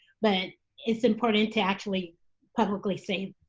but it's important to actually publicly say,